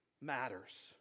matters